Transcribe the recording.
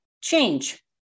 change